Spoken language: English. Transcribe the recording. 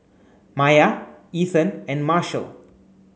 Maiya Ethen and Marshall